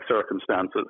circumstances